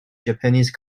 japanese